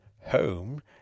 home